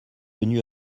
venus